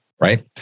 Right